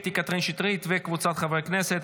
קטי קטרין שטרית וקבוצת חברי הכנסת,